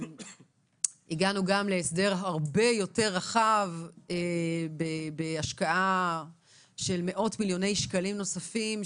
הגענו גם להסדר הרבה יותר רחב בהשקעה של מאות מיליוני שקלים נוספים,